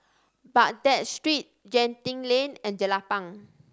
Baghdad Street Genting Lane and Jelapang